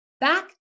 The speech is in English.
back